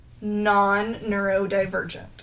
non-neurodivergent